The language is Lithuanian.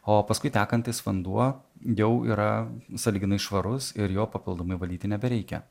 o paskui tekantis vanduo jau yra sąlyginai švarus ir jo papildomai valyti nebereikia